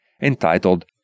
entitled